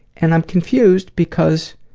and i'm confused because